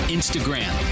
Instagram